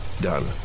Done